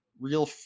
real